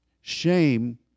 Shame